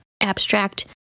abstract